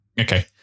Okay